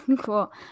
Cool